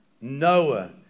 Noah